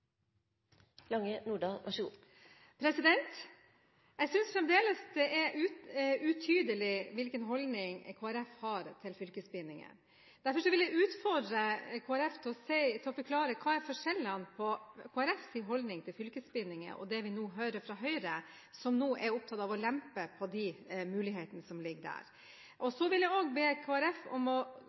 utydelig hvilken holdning Kristelig Folkeparti har til fylkesbindinger. Derfor vil jeg utfordre Kristelig Folkeparti til å forklare hva forskjellene er på Kristelig Folkepartis holdning til fylkesbindinger og det vi hører fra Høyre, som nå er opptatt av å lempe på de mulighetene som ligger der. Så vil jeg be Kristelig Folkeparti om å